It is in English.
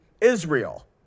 Israel